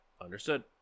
Understood